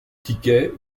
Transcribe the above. ticket